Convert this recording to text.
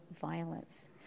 violence